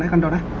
and